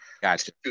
Gotcha